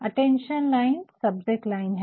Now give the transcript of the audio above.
attention line subject line है